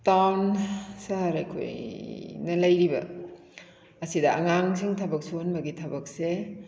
town ꯁꯍꯔ ꯑꯩꯈꯣꯏꯅ ꯂꯩꯔꯤꯕ ꯑꯁꯤꯗ ꯑꯉꯥꯡꯁꯤꯡ ꯊꯕꯛ ꯁꯨꯍꯟꯕꯒꯤ ꯊꯕꯛꯁꯦ